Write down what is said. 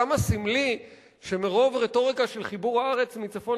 כמה סמלי שמרוב רטוריקה של חיבור הארץ מצפון